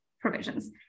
provisions